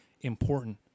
important